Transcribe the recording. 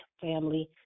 family